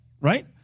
Right